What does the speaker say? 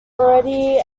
already